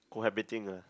cohabiting ah